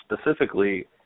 specifically